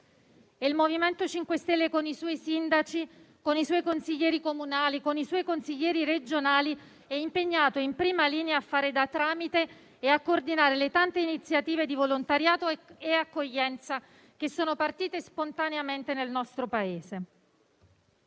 Il MoVimento 5 Stelle, con i suoi sindaci e i suoi consiglieri comunali e regionali, è impegnato in prima linea a fare da tramite e coordinare le tante iniziative di volontariato e accoglienza che sono partite spontaneamente nel nostro Paese.